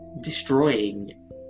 destroying